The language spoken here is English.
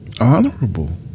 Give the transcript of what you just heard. honorable